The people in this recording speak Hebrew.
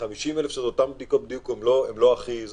50,000 שאלה אותן בדיקות בדיוק הן לא הכי.